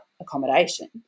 accommodation